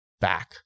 back